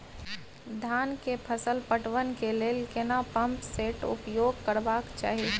धान के फसल पटवन के लेल केना पंप सेट उपयोग करबाक चाही?